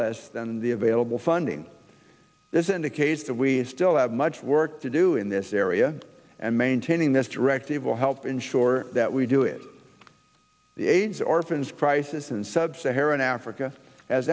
less than the available funding this indicates that we still have much work to do in this area and maintaining this directive will help ensure that we do it the aids orphans crisis in sub saharan africa as